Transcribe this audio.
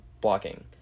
blocking